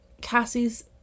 Cassie's